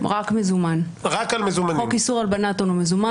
חוק איסור הלבנת הון הוא רק על מזומן.